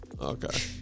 Okay